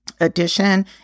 edition